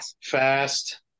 fast